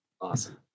awesome